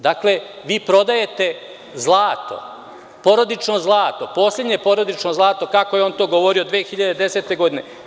Dakle, vi prodajete porodično zlato, poslednje porodično zlato, kako je on to govorio 2010. godine.